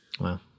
Wow